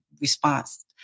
response